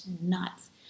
nuts